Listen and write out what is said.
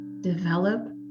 develop